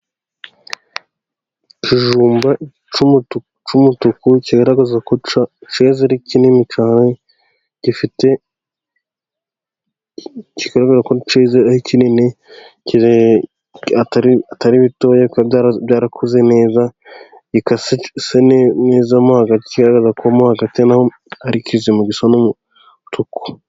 Ikijumba cy'umutuku, kigaragaza ko cyeza ari kininicyane, cyeze kigaragaza ko ari kinini, atari bitoya, bikaba byarakuze neza, bigasa neza mo hagati, kigaragazamo hagati ko ari kizima, gisa n'umutuku.